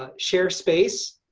ah share space.